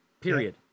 Period